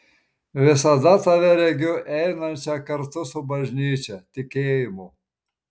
visada tave regiu einančią kartu su bažnyčia tikėjimu